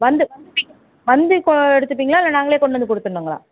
வந்து வந்து பிக்கப் வந்து கோ எடுத்துப்பீங்களா இல்லை நாங்களே கொண்டு வந்து கொடுத்துட்னுங்களா